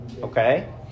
okay